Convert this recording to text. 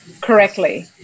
correctly